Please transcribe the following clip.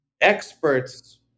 experts